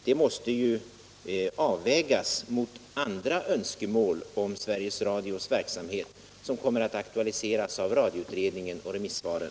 Det måste ju avvägas mot andra önskemål om Sveriges Radios verksamhet, som kommer att aktualiseras av radioutredningen och remissvaren.